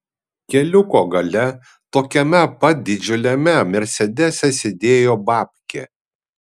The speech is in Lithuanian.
keliuko gale tokiame pat didžiuliame mersedese sėdėjo babkė